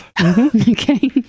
Okay